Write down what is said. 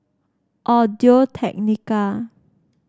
Audio Technica